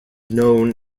known